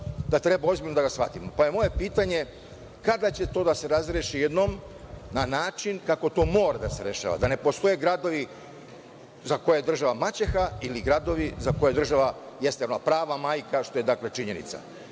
da treba ozbiljno da ga shvatimo, pa je moje pitanje – kada će to da se razreši jednom na način kako to mora da se rešava, da ne postoje gradovi za koje je država maćeha i gradovi za koje je država prava majka, što je dakle činjenica?